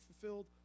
fulfilled